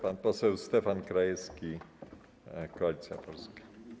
Pan poseł Stefan Krajewski, Koalicja Polska.